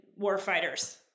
warfighters